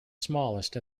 smallest